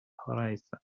horizon